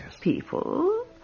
People